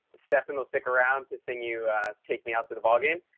stephen will stick around to sing you take me out to the ballgame.